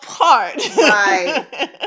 Right